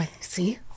see